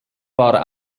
war